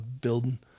building